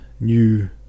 New